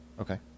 Okay